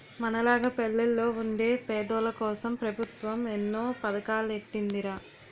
మనలాగ పల్లెల్లో వుండే పేదోల్లకోసం పెబుత్వం ఎన్నో పదకాలెట్టీందిరా